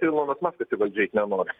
ilinas maskas į valdžią eit nenori